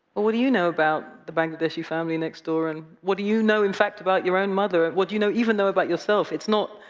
but what do you know about the bangladeshi family next door, and what do you know, in fact, about your own mother? what do you even know about yourself? it's not